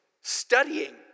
Studying